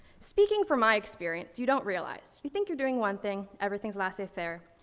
speaking from my experience, you don't realize, you think you're doing one thing, everything's laissez faire,